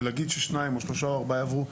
ולהגיד ששניים או שלושה או ארבעה יעברו,